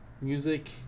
music